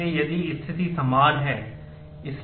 इसलिए यदि स्थिति समान है